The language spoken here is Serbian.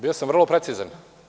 Bio sam vrlo precizan.